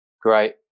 Great